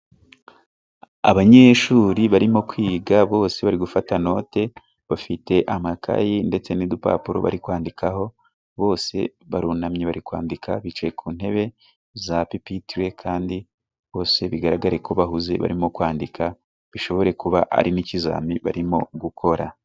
Abanyeshuri barimo kwiga bose bari gufata note ,bafite amakayi ndetse n'udupapuro bari kwandikaho, bose barunamye bari kwandika bicaye ku ntebe za pipiture kandi bose bigaragareko bahuze barimo kwandika, bishobore kuba ari n'ikizamini barimo gukora.